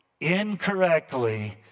incorrectly